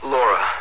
Laura